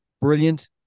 brilliant